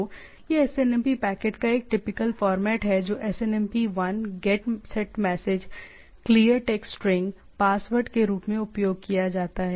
तो यह SNMP packet का एक टिपिकल फॉर्मेट है जो SNMP 1 get set message clear text string जो पासवर्ड के रूप में उपयोग किया जाता है